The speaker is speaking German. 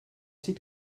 sieht